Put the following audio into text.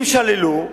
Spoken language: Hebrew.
אם שללו,